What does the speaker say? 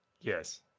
Yes